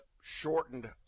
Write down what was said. shortened